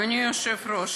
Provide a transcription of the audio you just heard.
אדוני היושב-ראש,